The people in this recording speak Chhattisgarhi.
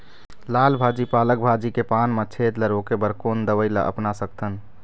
लाल भाजी पालक भाजी के पान मा छेद ला रोके बर कोन दवई ला अपना सकथन?